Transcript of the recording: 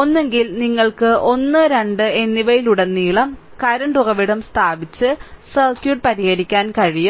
ഒന്നുകിൽ നിങ്ങൾക്ക് 1 2 എന്നിവയിലുടനീളം കറന്റ് ഉറവിടം സ്ഥാപിച്ച് സർക്യൂട്ട് പരിഹരിക്കാൻ കഴിയും